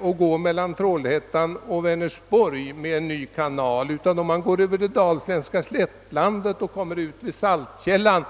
Om man i stället för att dra fram en ny kanal mellan Trollhättan och Vänersborg lägger kanalen på det dalsländska slättlandet och låter den mynna ut i Västerhavet vid Saltkällan,